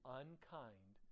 unkind